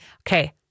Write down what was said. Okay